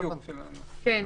כן.